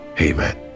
Amen